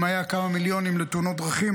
אם היו כמה מיליונים לתאונות דרכים,